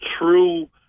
true